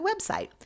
website